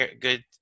good